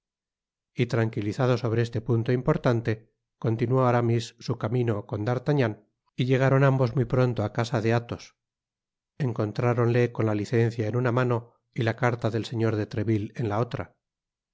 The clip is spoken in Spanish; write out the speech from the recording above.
y tranquilizado sobre este punto importante continuó aramis su camino con d'artagnan y llegaron ambos muy pronto á casa de athos encontráronle con la licencia en una mano y la carta del señor de treville en la otra